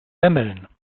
semmeln